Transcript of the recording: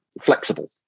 flexible